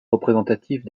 représentatifs